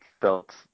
felt